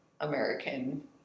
American